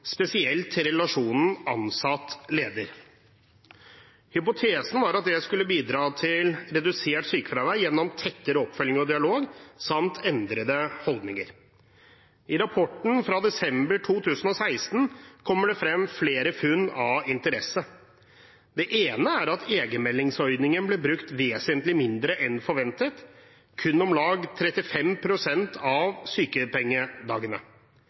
til arbeidsplassen, spesielt relasjonen ansatt–leder. Hypotesen var at det skulle bidra til redusert sykefravær gjennom tettere oppfølging og dialog samt endrede holdninger. I rapporten fra desember 2016 kommer det fram flere funn av interesse. Det ene er at egenmeldingsordningen ble brukt vesentlig mindre enn forventet, kun omlag 35 pst. av sykepengedagene.